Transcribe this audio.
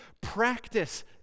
Practice